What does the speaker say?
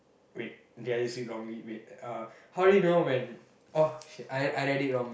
wait did I see wrongly wait uh how do you know when oh shit I I read it wrong